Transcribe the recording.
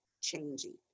changing